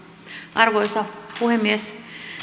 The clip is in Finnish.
arvoisa puhemies